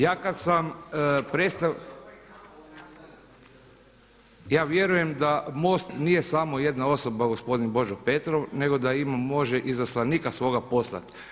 Ja kad sam, ja vjerujem da MOST nije samo jedna osoba gospodin Božo Petrov, nego da može izaslanika svoga poslati.